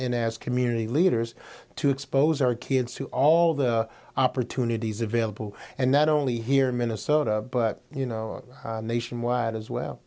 and as community leaders to expose our kids to all the opportunities available and not only here in minnesota but you know nationwide as well